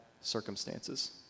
circumstances